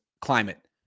climate